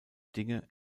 dinge